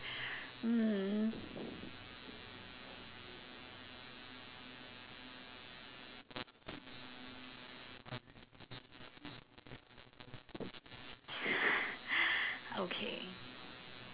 mm okay